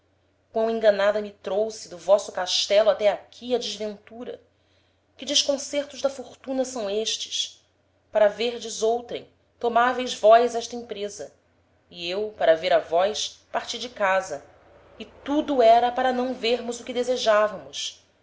quam enganada me trouxe do vosso castelo até aqui a desventura que desconcertos da fortuna são estes para verdes outrem tomaveis vós esta empreza e eu para vêr a vós parti de casa e tudo era para não vêrmos o que desejavamos